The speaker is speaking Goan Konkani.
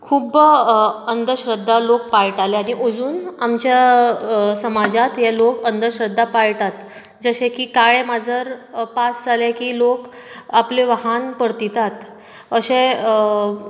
खूब अंधश्रद्धा लोक पाळटाले आदीं अजून आमच्या समाजांत हे लोक अंधश्रद्धा पाळटात जशें की काळें मांजर पास जालें की लोक आपलें वाहन परतितात अशें